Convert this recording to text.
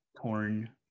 torn